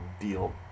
deal